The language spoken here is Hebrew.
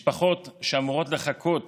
משפחות שאמורות לחכות